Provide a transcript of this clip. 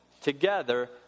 together